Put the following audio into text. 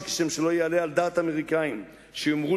שכשם שלא יעלה על דעת האמריקנים שיאמרו